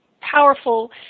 powerful